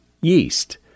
yeast